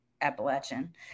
Appalachian